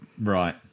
Right